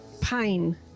pain